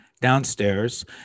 downstairs